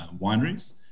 wineries